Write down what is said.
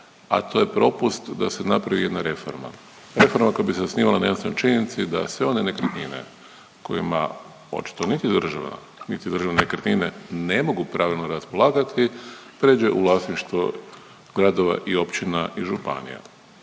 a to je propust da se napravi jedna reforma. Reforma koja bi se osnivala na jednostavnoj činjenici da sve one nekretnine kojima očito niti država niti Državne nekretnine ne mogu pravilno raspolagati, pređe u vlasništvo gradova i općina i županija.